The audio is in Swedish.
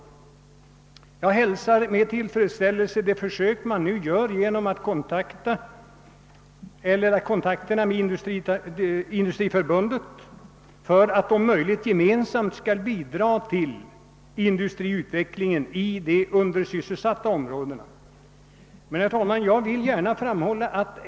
Jag hälsar med tillfredsställelse den kontakt som nu tagits med Industriförbundet för att detta om möjligt skall bidra till utvecklingen i de undersysselsatta områdena. Herr talman!